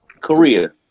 Korea